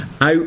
out